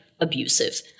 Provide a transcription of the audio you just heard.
abusive